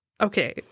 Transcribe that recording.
okay